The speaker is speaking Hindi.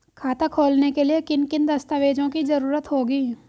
खाता खोलने के लिए किन किन दस्तावेजों की जरूरत होगी?